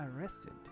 arrested